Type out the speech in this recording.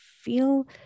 feel